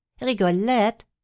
Rigolette